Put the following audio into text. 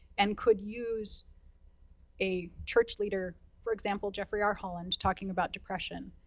and could use a church leader, for example, jeffrey r. holland talking about depression.